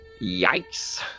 yikes